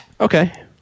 okay